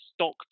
stock